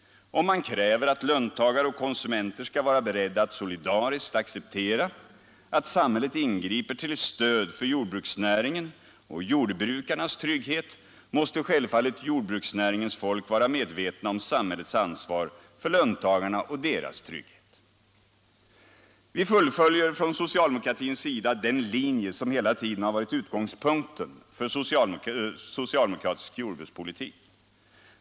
Om man kräver att löntagare och konsumenter skall vara beredda att solidariskt acceptera att samhället ingriper till stöd för jordbruksnäringen och jordbrukarnas trygghet, måste självfallet jordbruksnäringens folk vara medvetna om samhällets ansvar för löntagarna och deras trygghet. Vi fullföljer från socialdemokratins sida den linje som hela tiden har varit utgångspunkten för socialdemokratisk jordbrukspolitik.